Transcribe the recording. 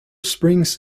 springs